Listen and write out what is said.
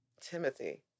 Timothy